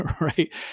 right